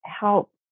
help